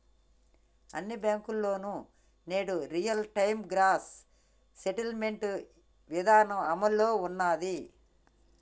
అన్ని బ్యేంకుల్లోనూ నేడు రియల్ టైం గ్రాస్ సెటిల్మెంట్ ఇదానం అమల్లో ఉన్నాది